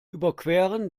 überqueren